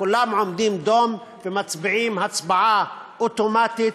כולם עומדים דום ומצביעים הצבעה אוטומטית,